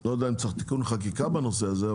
לא יודע אם צריך תיקון חקיקה בנושא הזה,